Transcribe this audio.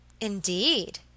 Indeed